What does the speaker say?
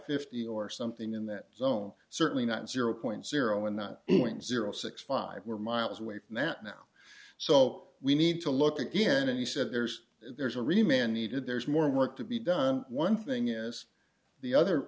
fifty or something in that zone certainly not zero point zero in that innings zero six five were miles away from that now so we need to look again and he said there's there's a remain needed there's more work to be done one thing is the other